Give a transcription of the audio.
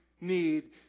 need